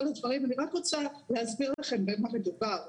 הדברים אני רק רוצה להסביר לכם במה מדובר,